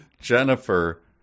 Jennifer